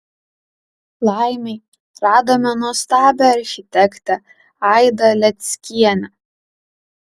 laimei radome nuostabią architektę aidą leckienę